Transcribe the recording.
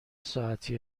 ساعتی